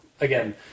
again